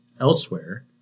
elsewhere